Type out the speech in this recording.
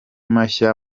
mashya